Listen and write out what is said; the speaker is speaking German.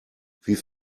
wie